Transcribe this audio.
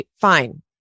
Fine